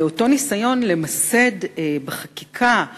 ואותו ניסיון למסד בחקיקה "תרומת"